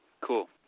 Cool